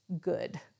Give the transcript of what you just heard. good